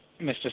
Mr